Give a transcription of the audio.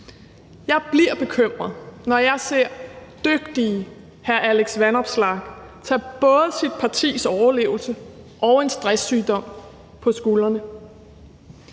Jeg bliver bekymret, når jeg ser dygtige hr. Alex Vanopslagh tage både sit partis overlevelse og en stresssygdom på skuldrene,